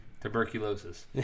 Tuberculosis